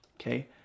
okay